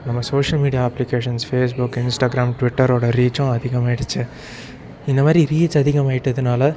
நம்ம social media applications Facebook Instagram ட்விட்டரோட ரீச்சும் அதிகமாகிருச்சி இந்த மாதிரி ரீச் அதிகமாகிட்டதுனால